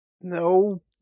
No